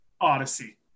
Odyssey